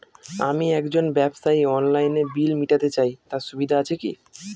আমি একজন ব্যবসায়ী অনলাইনে বিল মিটাতে চাই তার সুবিধা আছে কি?